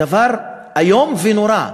דבר איום ונורא,